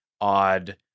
odd